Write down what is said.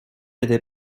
était